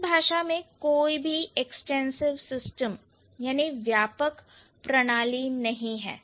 इस भाषा में कोई भी एक्सटेंसिव सिस्टम व्यापक प्रणाली नहीं है